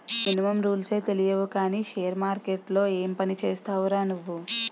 Minimum రూల్సే తెలియవు కానీ షేర్ మార్కెట్లో ఏం పనిచేస్తావురా నువ్వు?